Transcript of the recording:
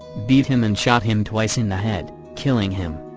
beat him and shot him twice in the head, killing him.